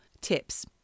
tips